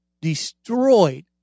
destroyed